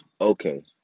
Okay